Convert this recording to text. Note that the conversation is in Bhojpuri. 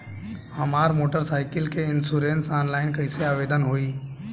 हमार मोटर साइकिल के इन्शुरन्सऑनलाइन कईसे आवेदन होई?